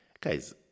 Guys